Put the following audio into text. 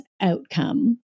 outcome